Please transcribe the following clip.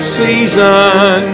season